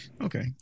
Okay